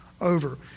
over